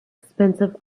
expensive